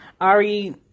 Ari